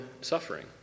suffering